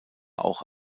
auch